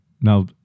Now